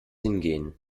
hingehen